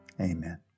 Amen